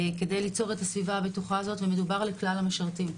כדי ליצור את הסביבה הבטוחה הזאת ומדובר על כלל המשרתים,